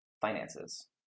finances